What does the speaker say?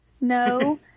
No